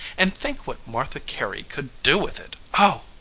and think what martha carey could do with it oh!